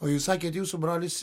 o jūs sakėt jūsų brolis